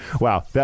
wow